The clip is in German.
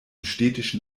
städtischen